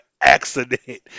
accident